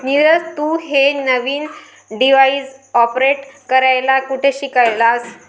नीरज, तू हे नवीन डिव्हाइस ऑपरेट करायला कुठे शिकलास?